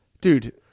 dude